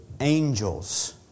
angels